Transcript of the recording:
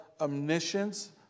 omniscience